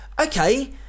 okay